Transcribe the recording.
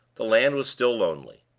the land was still lonely.